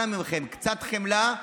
אנא מכם, קצת חמלה.